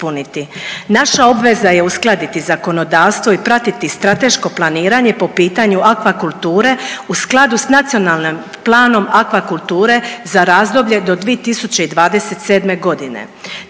Naša obveza je uskladiti zakonodavstvo i pratiti strateško planiranje po pitanju aquakulture u skladu sa Nacionalnim planom aquakulture za razdoblje do 2027. godine.